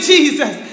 Jesus